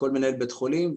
לכל מנהל בית חולים,